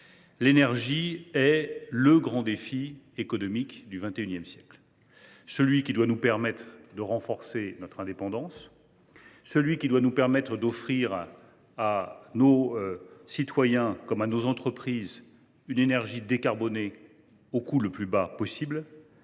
l’énergie est le grand défi économique du XXI siècle, celui qui doit nous permettre de renforcer notre indépendance, d’offrir à nos concitoyens comme à nos entreprises une énergie décarbonée au coût le plus bas possible,